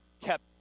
kept